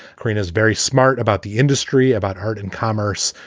carina's very smart about the industry, about art and commerce,